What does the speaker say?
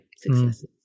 successes